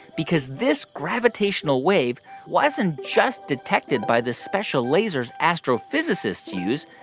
because this gravitational wave wasn't just detected by the special lasers astrophysicists use.